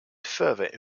further